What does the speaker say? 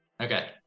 Okay